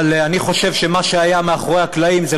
אבל אני חושב שמה שהיה מאחורי הקלעים זה